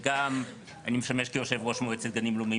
וגם אני משמש יושב ראש מועצת גנים לאומיים